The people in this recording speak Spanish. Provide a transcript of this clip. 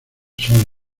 sol